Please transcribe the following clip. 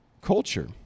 culture